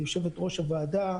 יושבת-ראש הוועדה,